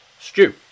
Stew